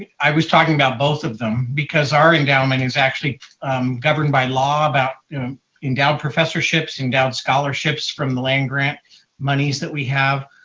i was talking about both of them because our endowment is actually governed by law about endowed professorships, endowed scholarships from the land grant monies that we have.